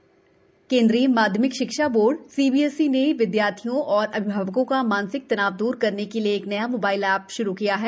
CBSE app केंद्रीय माध्यमिक शिक्षा बोर्ड सीबीएसई ने विद्यार्थियों और अभिभावकों का मानसिक तनाव द्र करने के लिए एक नया मोबाइल ऐप श्रू किया है